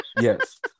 Yes